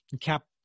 Cap